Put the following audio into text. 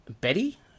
Betty